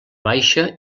baixa